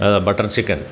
butter chicken